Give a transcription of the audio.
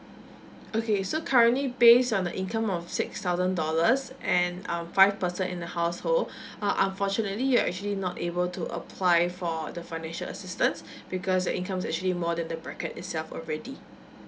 okay so currently base on the income of six thousand dollars and um five person in the household uh unfortunately you are actually not able to apply for the financial assistance because your income is actually more than the bracket itself already